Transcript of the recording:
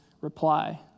reply